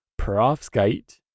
perovskite